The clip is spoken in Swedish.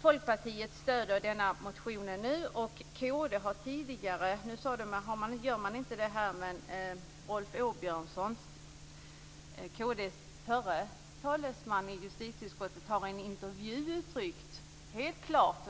Folkpartiet stöder vår motion. Kristdemokraternas förre talesman i justitieutskottet, Rolf Åbjörnsson, har tidigare i en intervju helt klart uttryckt att han också är av samma uppfattning.